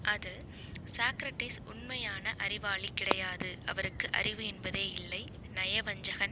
அது சாக்ரட்டிஸ் உண்மையான அறிவாளி கிடையாது அவருக்கு அறிவு என்பதே இல்லை நயவஞ்சகன்